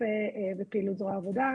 להיקפים ופעילות זרוע העבודה.